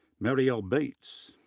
mariel bates,